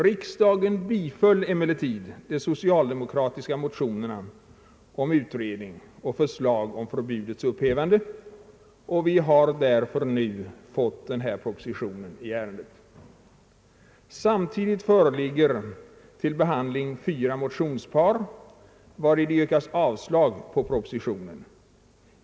Riksdagen biföll emellertid de socialdemokratiska motionerna om utredning och förslag om förbudets upphävande, och vi har därför nu fått denna proposition i ärendet. Samtidigt föreligger till behandling fyra motionspar, vari det yrkas avslag på propositionen.